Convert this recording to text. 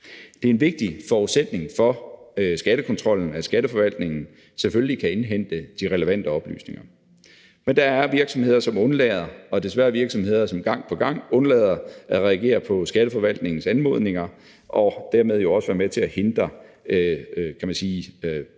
Det er en vigtig forudsætning for skattekontrollen, at Skatteforvaltningen selvfølgelig kan indhente de relevante oplysninger. Men der er virksomheder, som undlader at reagere, og desværre virksomheder, som gang på gang undlader at reagere på Skatteforvaltningens anmodninger, og som jo dermed også er med til at hindre, kan man sige,